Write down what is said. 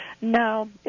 No